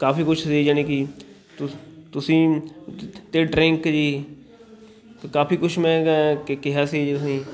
ਕਾਫ਼ੀ ਕੁਛ ਸੀ ਜਾਣੀ ਕਿ ਤੁ ਤੁਸੀਂ ਅਤੇ ਡਰਿੰਕ ਜੀ ਕਾਫ਼ੀ ਕੁਛ ਮੈਂ ਕਿਹਾ ਸੀ ਜੀ ਤੁਸੀਂ